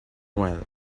well